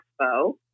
Expo